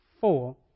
four